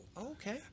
Okay